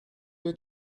l’ai